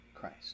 Christ